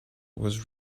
was